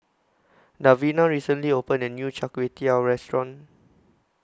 Davina recently opened A New Char Kway Teow Restaurant